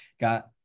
Got